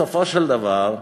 בסופו של דבר,